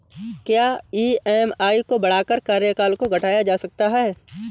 क्या ई.एम.आई को बढ़ाकर कार्यकाल को घटाया जा सकता है?